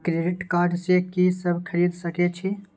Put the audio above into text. Credit card से की सब खरीद सकें छी?